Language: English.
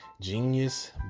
genius